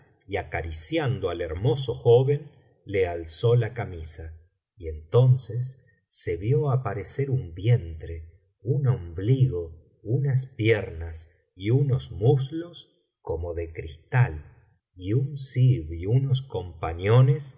y acariciando al hermoso joven le alzó la camisa y entonces se vio aparecer un vientre un ombligo unas piernas y unos muslos como de cristal y un zib y unos compañones